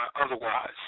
otherwise